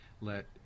let